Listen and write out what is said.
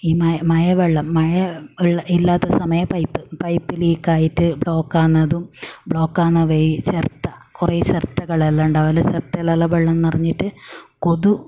ഈ മയ മയവെള്ളം മഴ വെള്ളം ഇല്ലാത്ത സമയത്ത് പൈപ്പ് പൈപ്പ് ലീക്കായിട്ട് ബ്ലോക്ക് ആകുന്നതും ബ്ലോക്ക് ആകുന്ന വഴിയിൽ ചിരട്ട കുറെ ചിരട്ടകളെല്ലാം ഉണ്ടാവൽ ചിരട്ടയിലെല്ലാം വെള്ളം നിറഞ്ഞിട്ട് കൊതു